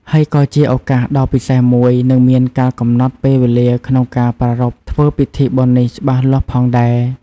ហើយក៏ជាឱកាសដ៏ពិសេសមួយ និងមានកាលកំណត់ពេលវេលាក្នុងការប្រារព្ធធ្វើពិធីបុណ្យនេះច្បាស់លាស់ផងដែរ។